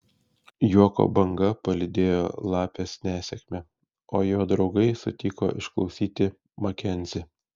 juoko banga palydėjo lapės nesėkmę o jo draugai sutiko išklausyti makenzį